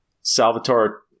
Salvatore